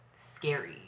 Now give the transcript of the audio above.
scary